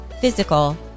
physical